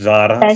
Zara